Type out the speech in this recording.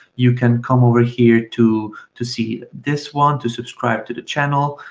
you can come over here to to see this one, to subscribe to the channel.